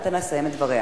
ניתן לה לסיים את דבריה.